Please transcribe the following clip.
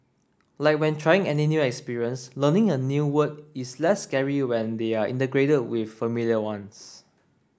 like when trying any new experience learning a new word is less scary when they are integrated with familiar ones